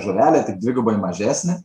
žuvelė tik dvigubai mažesnė